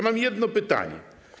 Mam jedno pytanie.